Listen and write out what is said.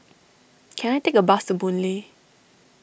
can I take a bus to Boon Lay